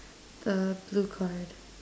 the blue card